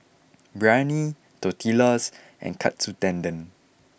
Biryani Tortillas and Katsu Tendon